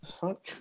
Fuck